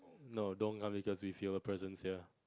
no don't come because we feel the presence here